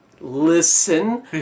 Listen